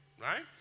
Right